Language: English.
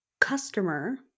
customer